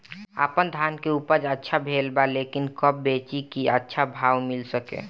आपनधान के उपज अच्छा भेल बा लेकिन कब बेची कि अच्छा भाव मिल सके?